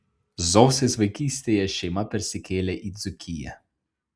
zosės vaikystėje šeima persikėlė į dzūkiją